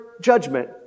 judgment